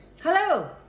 hello